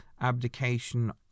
abdication